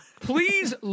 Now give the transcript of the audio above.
Please